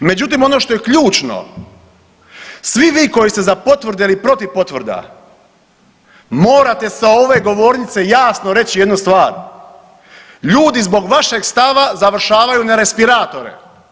Međutim, ono što je ključno svi vi koji ste za potvrde ili protiv potvrda morate sa ove govornice jasno reći jednu stvar, ljudi zbog vašeg stava završavaju na respiratore.